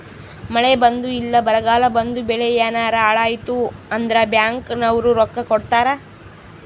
ಮಳೆ ಬಂದು ಇಲ್ಲ ಬರಗಾಲ ಬಂದು ಬೆಳೆ ಯೆನಾರ ಹಾಳಾಯ್ತು ಅಂದ್ರ ಬ್ಯಾಂಕ್ ನವ್ರು ರೊಕ್ಕ ಕೊಡ್ತಾರ